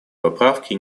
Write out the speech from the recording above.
поправки